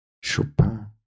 Chopin